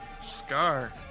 Scar